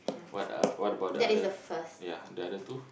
what are what about the other ya the other two